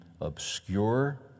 obscure